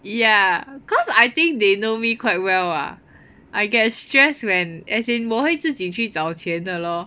ya cause I think they know me quite well ah I get stressed when as in 我会自己去找钱的咯